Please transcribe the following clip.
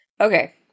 Okay